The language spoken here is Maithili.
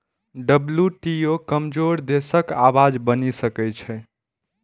डब्ल्यू.टी.ओ कमजोर देशक आवाज बनि सकै छै